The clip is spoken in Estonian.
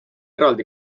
eraldi